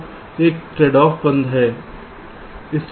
तो एक ट्रेडऑफ बंद है